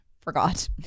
Forgot